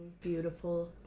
beautiful